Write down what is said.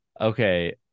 Okay